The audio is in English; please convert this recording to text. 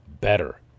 better